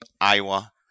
Iowa